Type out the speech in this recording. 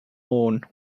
horn